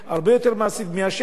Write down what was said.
הרבה יותר מעשית מאשר,